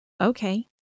okay